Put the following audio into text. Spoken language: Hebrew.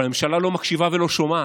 אבל הממשלה לא מקשיבה ולא שומעת.